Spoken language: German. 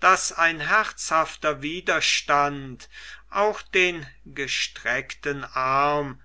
daß ein herzhafter widerstand auch den gestreckten arm